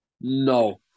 no